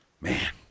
Man